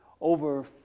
over